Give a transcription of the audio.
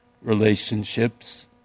relationships